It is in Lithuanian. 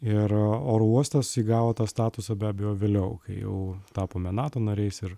ir oro uostas įgavo tą statusą be abejo vėliau kai jau tapome nato nariais ir